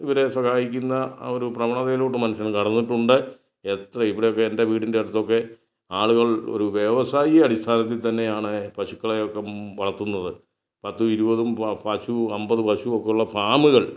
ഇവരെ സഹായിക്കുന്ന ആ ഒരു പ്രവണതയിലോട്ട് മനുഷ്യൻ കടന്നിട്ടുണ്ട് എത്ര ഇവിടെയൊക്കെ എൻ്റെ വീടിൻ്റെ അടുത്തൊക്കെ ആളുകൾ ഒരു വ്യാവസായിക അടിസ്ഥാനത്തിൽ തന്നെയാണ് പശുക്കളെയൊക്കെ വളർത്തുന്നത് പത്തും ഇരുപതും പശു അൻപതും പശു ഒക്കെ ഉള്ള ഫാമുകൾ